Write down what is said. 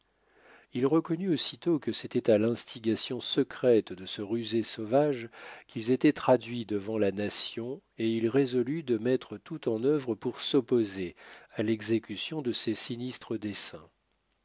il reconnut aussitôt que c'était à l'instigation secrète de ce rusé sauvage qu'ils étaient traduits devant la nation et il résolut de mettre tout en œuvre pour s'opposer à l'exécution de ses sinistres desseins